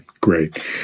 great